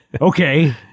okay